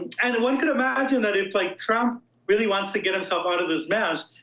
and one could imagine that if like trump really wants to get himself out of this mess,